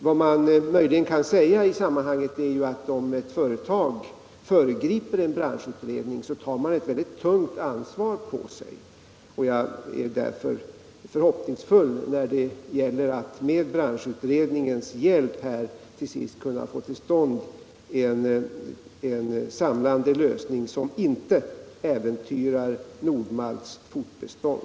Vad man möjligen kan säga i sammanhanget är att de företag som föregriper en branschutredning tar på sig att säkerställa fortsatt malttill ett tungt ansvar. Jag är därför fortfarande förhoppningsfull när det gäller att med branschutredningens hjälp få till stånd en samlande lösning som inte äventyrar Nord-Malts fortbestånd.